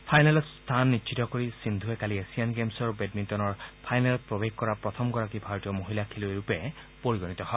ফাইনেলত স্থান নিশ্চিত কৰি সিন্ধুৱে কালি এছিয়ান গেমছৰ বেডমিণ্টনৰ ফাইনেলত প্ৰৱেশ কৰা প্ৰথমগৰাকী ভাৰতীয় মহিলা খেলুৱৈৰূপে পৰিগণিত হয়